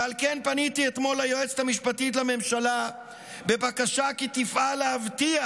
ועל כן פניתי אתמול ליועצת המשפטית לממשלה בבקשה כי תפעל להבטיח